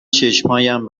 چشمهایم